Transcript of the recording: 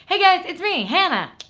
hey guys. it's me, hannah.